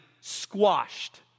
squashed